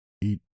eat